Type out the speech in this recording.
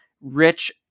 rich